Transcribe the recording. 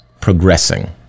progressing